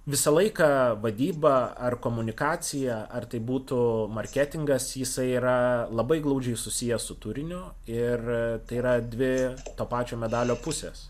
visą laiką vadyba ar komunikacija ar tai būtų marketingas jisai yra labai glaudžiai susijęs su turiniu ir tai yra dvi to pačio medalio pusės